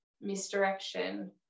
misdirection